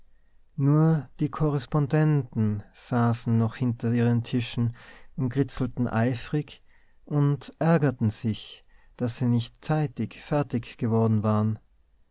nur die korrespondenten saßen noch hinter ihren tischen und kritzelten eifrig und ärgerten sich daß sie nicht zeitig fertig geworden waren